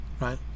right